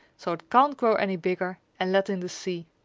so it can't grow any bigger and let in the sea.